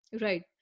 Right